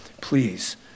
please